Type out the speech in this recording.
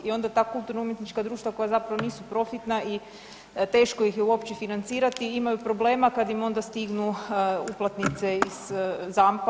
I onda ta kulturno-umjetnička društva koja zapravo nisu profitna i teško ih je uopće financirati imaju problema kad im onda stignu uplatnice iz ZAMP-a.